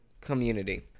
community